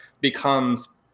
becomes